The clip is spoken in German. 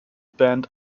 band